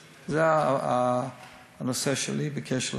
זה הנושא שלי בקשר לזה.